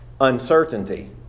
uncertainty